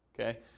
Okay